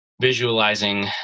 visualizing